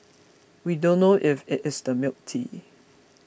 we don't know if it is the milk tea